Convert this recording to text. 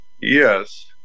yes